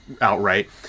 outright